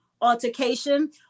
altercation